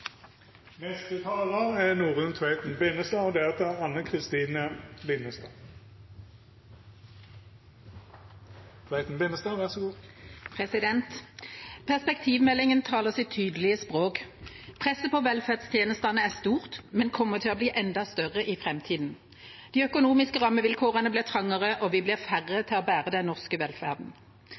Perspektivmeldingen taler sitt tydelige språk. Presset på velferdstjenestene er stort, men kommer til å bli enda større i framtida. De økonomiske rammevilkårene blir trangere, og vi blir færre til å bære den norske velferden.